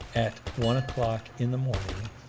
at one o'clock in the morning,